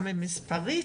גם מספרית,